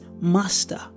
master